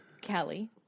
Kelly